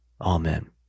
Amen